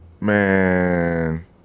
Man